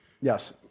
Yes